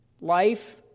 life